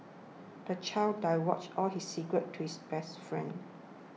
the child divulged all his secrets to his best friend